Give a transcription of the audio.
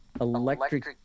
electric